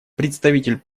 представитель